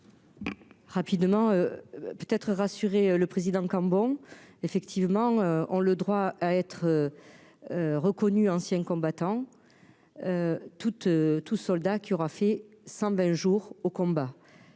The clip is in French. Rapidement, peut être rassuré le président Cambon effectivement ont le droit à être reconnu ancien combattants toute tout soldat qui aura fait 120 jours au combat,